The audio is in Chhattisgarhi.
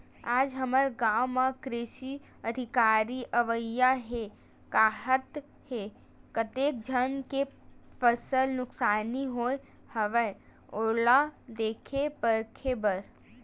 आज हमर गाँव म कृषि अधिकारी अवइया हे काहत हे, कतेक झन के फसल नुकसानी होय हवय ओला देखे परखे बर